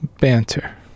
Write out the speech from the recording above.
banter